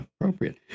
appropriate